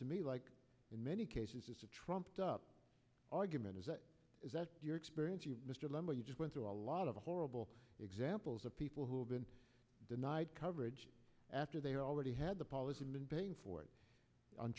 to me like in many cases it's a trumped up argument is that is that your experience mr lemon you just went through a lot of horrible examples of people who have been denied coverage after they already had the policy been paying for it on